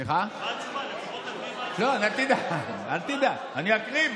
אבל מה התשובה, לפחות על פי, אל תדאג, אני אקריא.